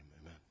amen